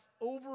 over